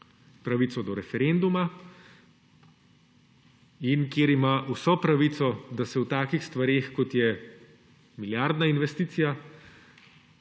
pravico do referenduma in kjer ima vso pravico, da se o takih stvareh, kot je milijardna investicija,